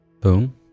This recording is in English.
Boom